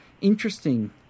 interesting